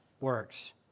works